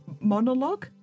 monologue